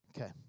Okay